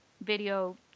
video